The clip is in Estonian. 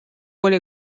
oli